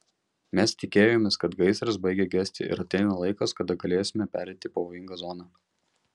mes tikėjomės kad gaisras baigia gesti ir ateina laikas kada galėsime pereiti pavojingą zoną